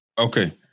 Okay